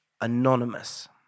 anonymous